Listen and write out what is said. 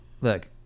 Look